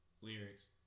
lyrics